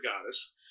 goddess